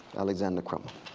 alexander crummell.